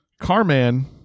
Carman